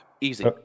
Easy